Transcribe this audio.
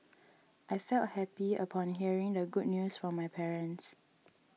I felt happy upon hearing the good news from my parents